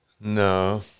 no